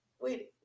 wait